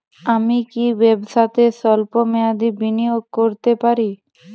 আমি কি ব্যবসাতে স্বল্প মেয়াদি বিনিয়োগ করতে পারি?